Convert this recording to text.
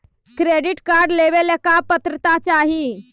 Credit card लेवेला का पात्रता चाही?